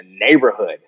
neighborhood